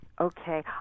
Okay